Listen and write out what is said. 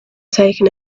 taken